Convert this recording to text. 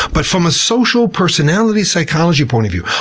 but from a social personality psychologist point of view,